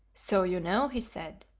so you know, he said,